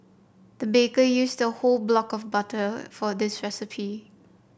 the baker used a whole block of butter for this recipe